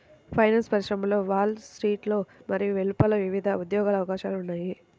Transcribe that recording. finance పరిశ్రమలో వాల్ స్ట్రీట్లో మరియు వెలుపల వివిధ ఉద్యోగ అవకాశాలు ఉన్నాయి